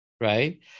right